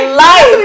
life